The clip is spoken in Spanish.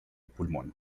pulmón